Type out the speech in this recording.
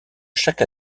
chaque